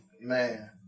Man